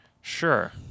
Sure